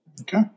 Okay